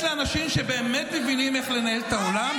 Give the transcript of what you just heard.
לאנשים שבאמת מבינים איך לנהל את העולם,